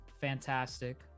fantastic